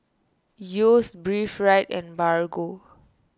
Yeo's Breathe Right and Bargo